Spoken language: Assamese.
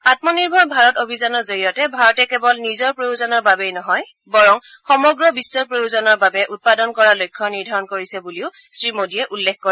আমনিৰ্ভৰ ভাৰত অভিযানৰ জৰিয়তে ভাৰতে কেৱল নিজৰ প্ৰয়োজনৰ বাবেই নহয় বৰং সমগ্ৰ বিশ্বৰ প্ৰয়োজনৰ বাবে উৎপাদন কৰাৰ লক্ষ্য নিৰ্ধাৰণ কৰিছে বুলিও শ্ৰীমোডীয়ে উল্লেখ কৰে